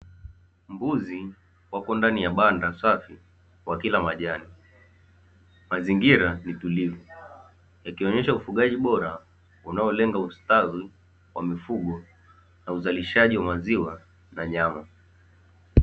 Mbuzi wako ndani ya banda safi wakila majani mazingira ni tulivu yakionyesha ufugaji bora, unaolenga ustawi wa mifugo uzalishaji wa maziwa na nyama.